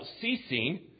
ceasing